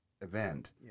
event